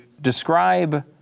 describe